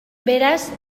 beraz